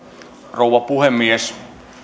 rouva puhemies